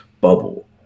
bubble